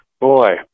Boy